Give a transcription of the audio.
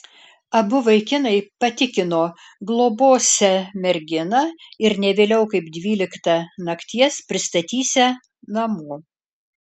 abu vaikinai patikino globosią merginą ir ne vėliau kaip dvyliktą nakties pristatysią namo